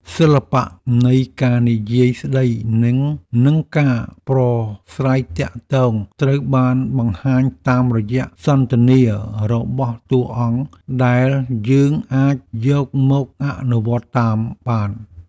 សិល្បៈនៃការនិយាយស្ដីនិងការប្រស្រ័យទាក់ទងត្រូវបានបង្ហាញតាមរយៈសន្ទនារបស់តួអង្គដែលយើងអាចយកមកអនុវត្តតាមបាន។